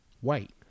white